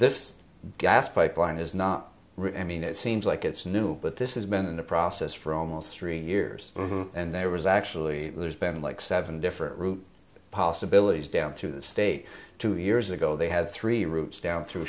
this gas pipeline is not really i mean it seems like it's new but this has been a process for almost three years and there was actually there's been like seven different route possibilities down through the state two years ago they had three routes down through